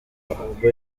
ubwo